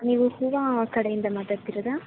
ನೀವು ಹೂವು ಕಡೆಯಿಂದ ಮಾತಾಡ್ತಿರೋದಾ